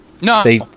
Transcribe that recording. No